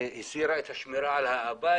הסירה את השמירה על הבית.